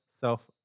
self